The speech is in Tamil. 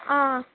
ஆ